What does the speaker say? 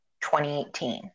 2018